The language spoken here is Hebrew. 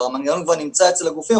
כבר המנגנון נמצא אצל הגופים,